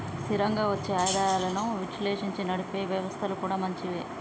స్థిరంగా వచ్చే ఆదాయాలను విశ్లేషించి నడిపే వ్యవస్థలు కూడా మంచివే